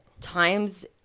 times